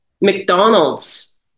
McDonald's